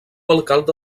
alcalde